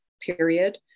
period